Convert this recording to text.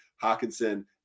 Hawkinson